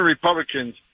Republicans